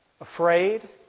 Afraid